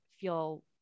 feel